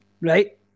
Right